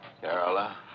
Carola